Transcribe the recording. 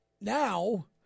Now